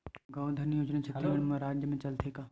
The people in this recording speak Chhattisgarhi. गौधन योजना छत्तीसगढ़ राज्य मा चलथे का?